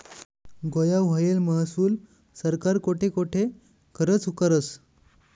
गोया व्हयेल महसूल सरकार कोठे कोठे खरचं करस?